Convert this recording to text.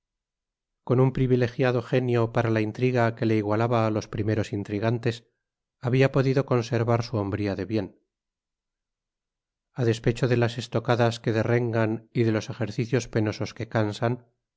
con un privilegiado genio para la intriga que le igualaba á los primeros intrigantes habia podido conservar su hombría de bien a despecho de las estocadas que derrengan y de los ejercicios penosos que cansan